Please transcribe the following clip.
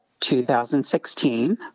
2016